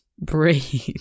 breathe